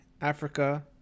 Africa